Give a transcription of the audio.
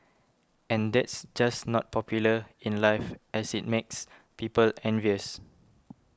and that's just not popular in life as it makes people envious